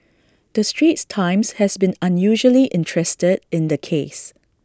the straits times has been unusually interested in the case